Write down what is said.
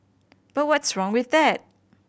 but what's wrong with that